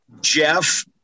Jeff